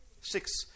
Six